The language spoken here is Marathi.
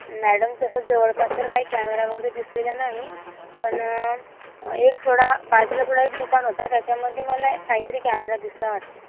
मॅडम तसं जवळपास तर काही कॅमेरा वगैरे दिसलेला नाही पण एक थोडा बाजूला थोडा एक दुकान होता त्याच्यामध्ये मला काही तरी कॅमेरा दिसला वाटते